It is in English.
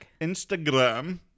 Instagram